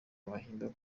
bahimbye